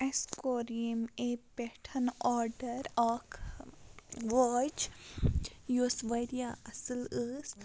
اَسہِ کوٚر ییٚمہِ ایٚپ پٮ۪ٹھ آرڈَر اَکھ واچ یۄس واریاہ اَصٕل ٲس